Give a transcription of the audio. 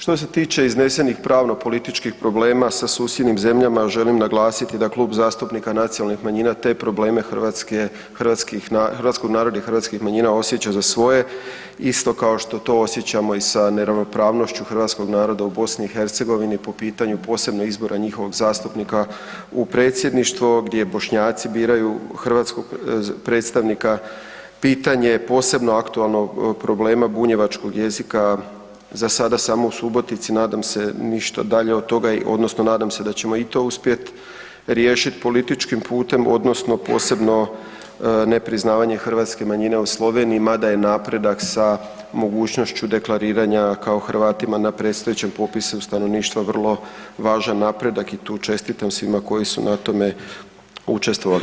Što se tiče iznesenih pravno-političkih problema sa susjednim zemljama, želim naglasiti da Klub zastupnika nacionalnih manjina te probleme hrvatskog naroda i hrvatskih manjina osjeća za svoje isto kao što to osjećamo i sa neravnopravnošću hrvatskog naroda u BiH-u po pitanju posebno izbora njihovog zastupnika u predsjedništvo, gdje Bošnjaci biraju hrvatskog predstavnika, pitanje posebno aktualnog problema bunjevačkog jezika, zasada samo u Subotici, nadam ništa dalje od toga odnosno nadam se da ćemo i to uspjeti riješit političkim putem odnosno posebno nepriznavanje hrvatske manjine u Sloveniji mada je napredak sa mogućnošću deklariranja kao Hrvatima na predstojećem popisu stanovništva vrlo važan napredak i tu čestitam svima koji su na tome učestvovali.